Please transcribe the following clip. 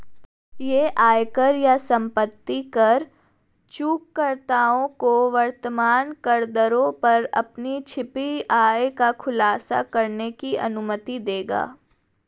यह आयकर या संपत्ति कर चूककर्ताओं को वर्तमान करदरों पर अपनी छिपी आय का खुलासा करने की अनुमति देगा